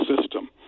system